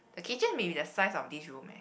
the kitchen may be the size of this room eh